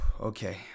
okay